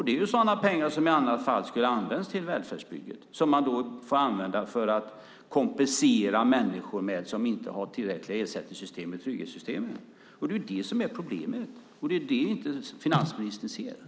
Det är sådana pengar som i annat fall skulle ha använts till välfärdsbygget som man får använda för att kompensera människor som inte har tillräcklig ersättning från trygghetssystemen. Det är det som är problemet. Det är det finansministern inte ser.